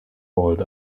old